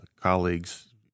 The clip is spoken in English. colleagues